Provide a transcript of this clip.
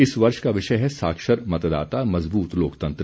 इस वर्ष का विषय है साक्षर मतदाता मजबूत लोकतंत्र